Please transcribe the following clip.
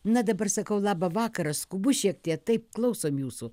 na dabar sakau labą vakarą skubu šiek tiek taip klausom jūsų